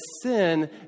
sin